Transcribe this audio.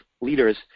leaders